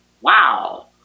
wow